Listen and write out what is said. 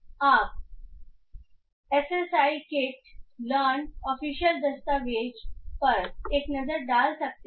आप scikit learn official दस्तावेज पर एक नज़र डाल सकते हैं